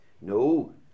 No